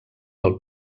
del